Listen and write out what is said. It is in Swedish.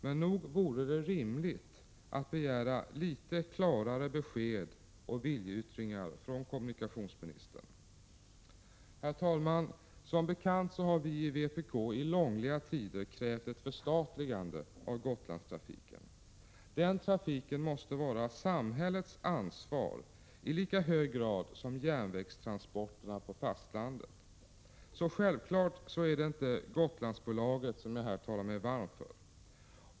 Men nog är det rimligt att begära litet klarare besked och viljeyttringar från kommunikationsministern. Herr talman! Som bekant har vi i vpk i långliga tider krävt ett förstatligande av Gotlandstrafiken. Den trafiken måste vara samhällets ansvar i lika hög grad som järnvägstransporterna på fastlandet. Självfallet är det alltså inte Gotlandsbolaget som jag talar mig varm för.